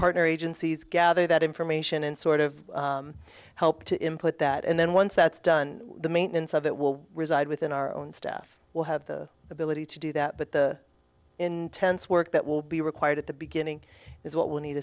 partner agencies gather that information and sort of help to him put that and then once that's done the maintenance of it will reside within our own staff will have the ability to do that but the intense work that will be required at the beginning is what we need